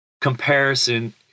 comparison